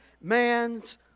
man's